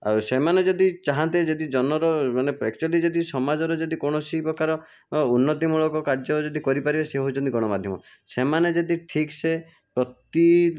ଆଉ ସେମାନେ ଯଦି ଚାହାଁନ୍ତେ ଯଦି ଜନର ମାନେ ଏକ୍ଚୁଆଲି ଯଦି ସମାଜରେ ଯଦି କୌଣସି ପ୍ରକାର ଉନ୍ନତିମୂଳକ କାର୍ଯ୍ୟ ଯଦି କରିପାରିବେ ସେ ହେଉଛନ୍ତି ଗଣମାଧ୍ୟମ ସେମାନେ ଯଦି ଠିକ୍ସେ ପ୍ରତି